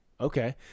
Okay